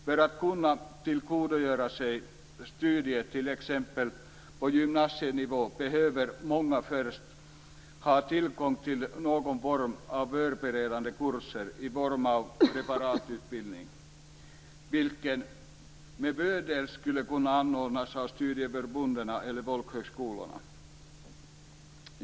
För att kunna tillgodogöra sig studier på t.ex. gymnasienivå behöver många först ha tillgång till någon form av förberedande kurser i form av preparandutbildningar, vilka med fördel skulle kunna anordnas av studieförbunden eller folkhögskolorna.